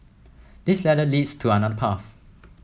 this ladder leads to another path